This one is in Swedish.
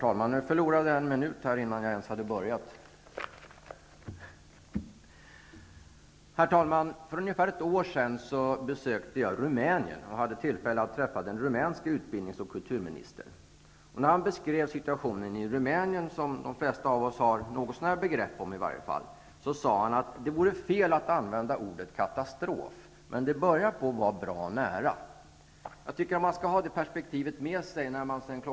Herr talman! För ungefär ett år sedan besökte jag Rumänien. Jag hade då tillfälle att träffa den rumänske utbildnings och kulturministern. När han beskrev situationen i Rumänien, som de flesta av oss i alla fall har något så när begrepp om, sade han att det var fel att använda ordet katastrof, men att situationen började bli bra nära katastrof. Jag tycker man skall ha det perspektivet med sig, i synnerhet när man sedan kl.